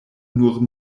nur